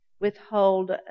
Withhold